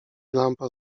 lampa